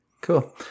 Cool